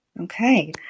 okay